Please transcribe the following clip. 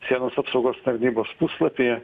sienos apsaugos tarnybos puslapyje